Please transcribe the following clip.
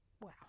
Wow